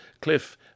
Cliff